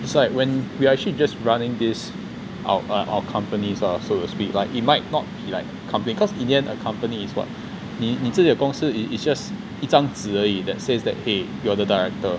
it's like when we are actually just running this out our our companies ah so to speak like it might not be like company cause in the end a company it's like what 你你自己的公司 it's just 一张纸而已 that says that !hey! you're the director